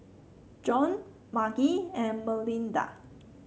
Jon Margie and Melinda